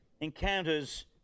encounters